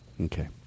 Okay